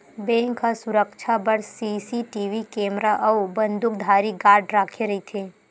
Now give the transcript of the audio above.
bank ह सुरक्छा बर सीसीटीवी केमरा अउ बंदूकधारी गार्ड राखे रहिथे